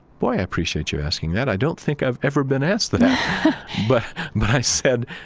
boy, i appreciate you asking that. i don't think i've ever been asked that but, but i said,